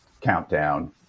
countdown